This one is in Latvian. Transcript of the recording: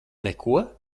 neko